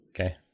Okay